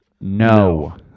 No